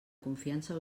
confiança